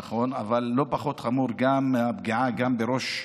נכון, אבל לא פחות חמורה גם הפגיעה בראש העירייה,